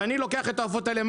ואני לוקח את העופות האלה.